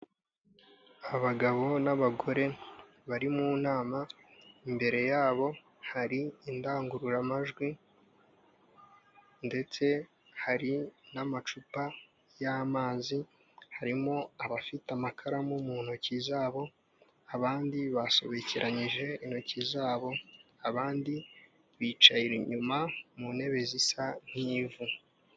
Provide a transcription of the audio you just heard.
Abagabo n'abagore bari mu nama, imbere yabo hari indangururamajwi ndetse hari n'amacupa y'amazi, harimo abafite amakaramu mu ntoki zabo abandi basobikiranyije intoki zabo, abandi bicaye inyuma mu ntebe zisa nk'ivu.